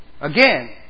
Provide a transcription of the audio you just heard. Again